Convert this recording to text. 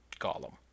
Gollum